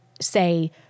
say